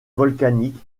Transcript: volcanique